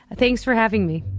thanks for having me.